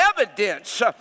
evidence